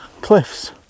cliffs